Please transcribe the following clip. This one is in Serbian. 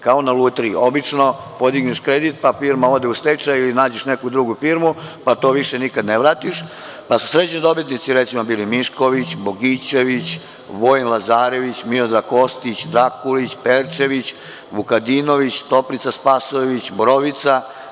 Kao na lutriji, obično podigneš kredit, pa firma ode u stečaj, ili nađeš neku drugu firmu pa to više nikad ne vratiš, pa su srećni dobitnici recimo bili: Mišković, Bogićević, Vojin Lazarević, Miodrag Kostić, Drakulić, Perčević, Vukadinović, Toplica Spasojević, Borovica.